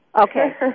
Okay